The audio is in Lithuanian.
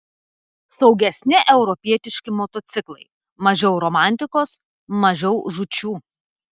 saugesni europietiški motociklai mažiau romantikos mažiau žūčių